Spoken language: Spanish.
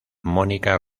mónica